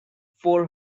four